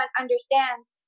understands